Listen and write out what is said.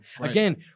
Again